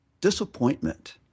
Disappointment